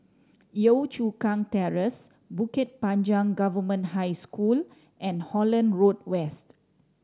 Yio Chu Kang Terrace Bukit Panjang Government High School and Holland Road West